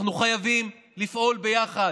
אנחנו חייבים לפעול ביחד,